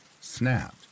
snapped